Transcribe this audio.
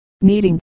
kneading